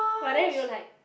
but then we're like